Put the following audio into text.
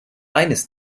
eines